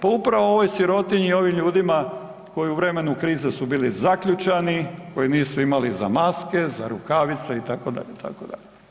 Pa upravo ovoj sirotinji i ovim ljudima koji u vremenu krize su bili zaključani, koji nisu imali za maske, za rukavice itd., itd.